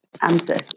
answer